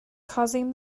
causing